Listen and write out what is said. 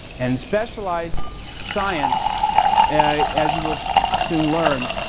and specialized science as you will soon learn,